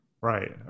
right